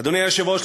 אדוני היושב-ראש,